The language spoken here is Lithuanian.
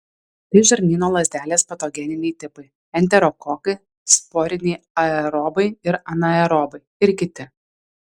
tai žarnyno lazdelės patogeniniai tipai enterokokai sporiniai aerobai ir anaerobai ir kiti